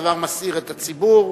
הדבר מסעיר את הציבור.